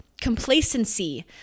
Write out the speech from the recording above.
complacency